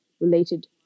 related